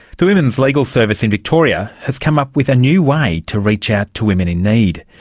the women's legal service in victoria has come up with a new way to reach out to women in need.